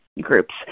groups